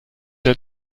der